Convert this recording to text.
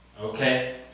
Okay